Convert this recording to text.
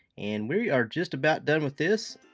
and we are just about done with this.